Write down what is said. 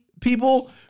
people